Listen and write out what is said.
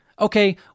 Okay